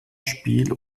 spiel